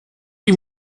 ihn